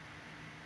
என்:en